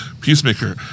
Peacemaker